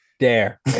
Dare